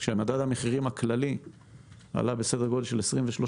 מדד המחירים הכללי עלה בסדר גודל של כ-23%.